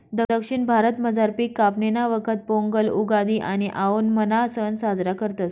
दक्षिण भारतामझार पिक कापणीना वखत पोंगल, उगादि आणि आओणमना सण साजरा करतस